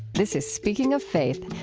this is speaking of faith.